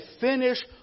finish